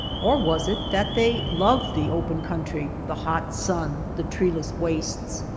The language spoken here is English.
or was it that they loved the open country, the hot sun, the treeless wastes,